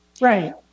Right